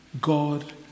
God